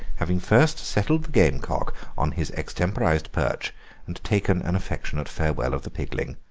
having first settled the gamecock on his extemporised perch and taken an affectionate farewell of the pigling.